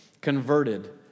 converted